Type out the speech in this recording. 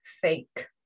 fake